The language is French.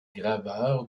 graveur